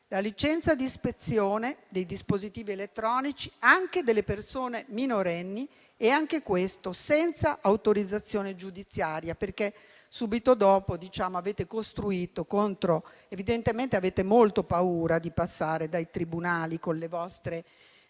la licenza di ispezione dei dispositivi elettronici anche delle persone minorenni e anche questo senza autorizzazione giudiziaria. Evidentemente avete molta paura di passare dai tribunali con le vostre